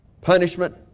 Punishment